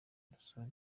dusaba